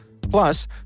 Plus